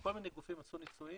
כל מיני גופים עשו ניסויים